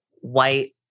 white